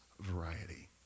variety